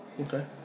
Okay